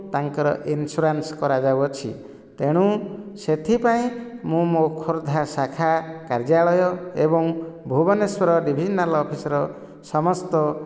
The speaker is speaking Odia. ତାଙ୍କର ଇନ୍ସୁରାନ୍ସ କରାଯାଉଅଛି ତେଣୁ ସେଥିପାଇଁ ମୁଁ ମୋ ଖୋର୍ଦ୍ଧା ଶାଖା କାର୍ଯ୍ୟାଳୟ ଏବଂ ଭୁବନେଶ୍ୱର ଡ଼ିଭିଜନାଲ ଅଫିସର ସମସ୍ତ